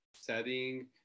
setting